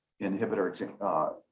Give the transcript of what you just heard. inhibitor